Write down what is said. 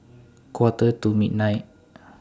Quarter to midnight